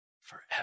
forever